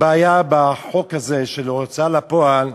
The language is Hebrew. בעיה בחוק הזה, של הוצאה לפועל,